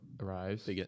arrives